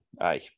aye